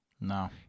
No